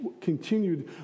continued